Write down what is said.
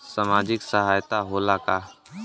सामाजिक सहायता होला का?